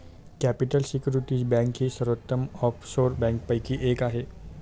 capital Security Bank ही सर्वोत्तम offshore बँकांपैकी एक आहे